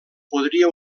podria